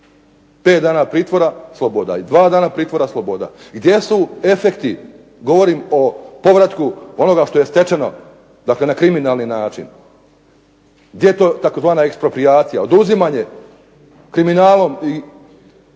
5 dana pritvora, sloboda, 2 dana pritvora, sloboda. Gdje su efekti? Govorim o povratku onoga što je stečeno na kriminalni način. Gdje je tzv. eksproprijacija? Oduzimanje kriminalom